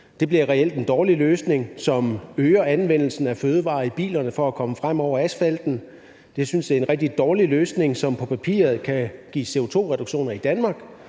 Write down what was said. Det bliver reelt en dårlig løsning, som øger anvendelsen af fødevarer i bilerne for at komme frem over asfalten. Jeg synes, det er en rigtig dårlig løsning, som på papiret kan give CO2-reduktioner i Danmark,